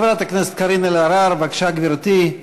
חברת הכנסת קארין אלהרר, בבקשה, גברתי,